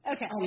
Okay